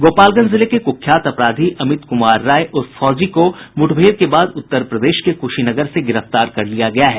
गोपालगंज जिले के क्ख्यात अपराधी अमित क्मार राय उर्फ फौजी को मूठभेड़ के बाद उत्तर प्रदेश के कुर्शोनगर से गिरफ्तार कर लिया गया है